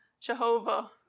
Jehovah